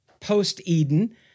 post-Eden